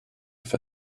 for